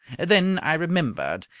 then i remembered.